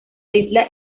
isla